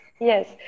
yes